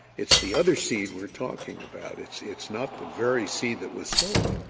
it's the other seed we are talking about. it's it's not the very seed that was sold.